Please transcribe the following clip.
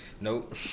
Nope